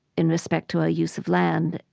in respect to our use of land.